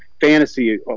fantasy